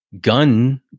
gun